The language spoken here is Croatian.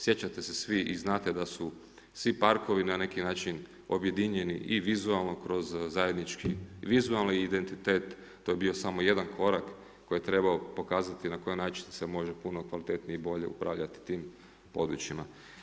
Sjećate se svi i znate da su svi parkovi na neki način objedinjeni i vizualno kroz zajednički vizualni identitet, to je bio samo jedan korak koji je trebao pokazati na koji način se može puno kvalitetnije i bolje upravljati tim područjima.